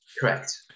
Correct